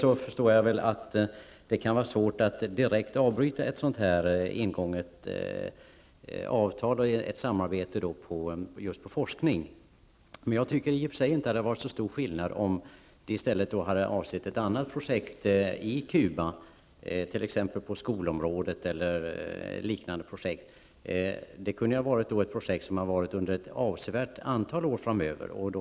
Jag förstår i och för sig att det kan vara svårt att direkt avbryta ett ingånget avtal och ett samarbete just på forskningsområdet. Jag tycker tycker dock inte att det hade varit så stor skillnad om det i stället hade varit fråga om ett annat projekt i Cuba, på skolområdet eller liknande område. Också det kunde ha varit ett projekt som sträckt sig över ett avsevärt antal år framöver.